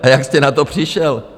A jak jste na to přišel?